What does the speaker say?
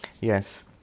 Yes